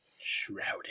Shrouded